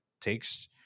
takes